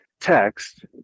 text